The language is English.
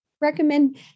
recommend